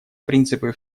принципы